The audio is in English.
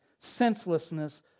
senselessness